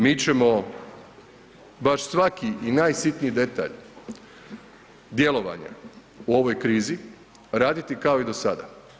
Mi ćemo baš svaki i najsitniji detalj djelovanja u ovoj krizi raditi kao i do sada.